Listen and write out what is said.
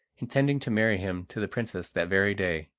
intending to marry him to the princess that very day.